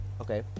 okay